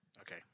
Okay